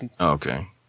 Okay